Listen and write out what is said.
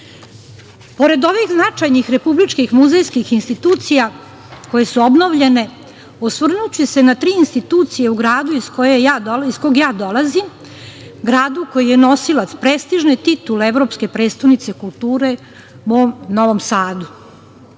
ovih značajnih republičkih muzejskih institucija koje su obnovljene, osvrnuću se i na tri institucije u gradu iz kog ja dolazim, gradu koji je nosilac prestižne titule evropske prestonice kulture – Novom Sadu. Kao